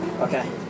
Okay